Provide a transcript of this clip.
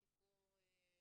בסדר.